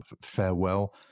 farewell